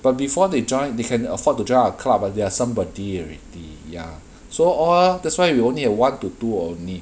but before they joined they can afford to join our club ah they are somebody already ya so all that's why we only have one to two only